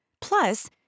Plus